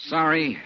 Sorry